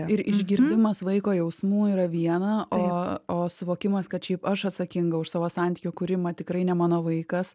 ir išgirdimas vaiko jausmų yra viena o o suvokimas kad šiaip aš atsakinga už savo santykių kūrimą tikrai ne mano vaikas